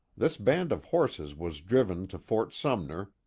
this band of horses was driven to fort sumner,